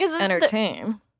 entertain